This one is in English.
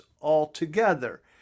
altogether